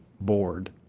board